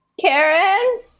Karen